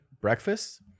breakfast